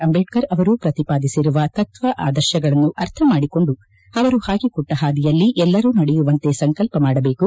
ಅಂಬೇಡ್ನರ್ ಅವರು ಪ್ರತಿಪಾದಿಸಿರುವ ತತ್ವ ಆದರ್ಶಗಳನ್ನು ಅರ್ಥ ಮಾದಿಕೊಂಡು ಅವರು ಹಾಕಿಕೊಟ್ಟ ಹಾದಿಯಲ್ಲಿ ಎಲ್ಲರೂ ನಡೆಯುವಂತೆ ಸಂಕಲ್ಪ ಮಾಡಬೇಕು